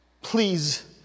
Please